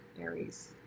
Aries